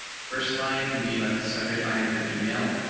first line can be like the subject line of your email.